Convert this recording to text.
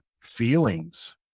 feelings